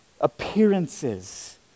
appearances